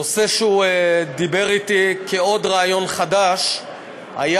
נושא שהוא דיבר אתי עליו כעוד רעיון חדש היה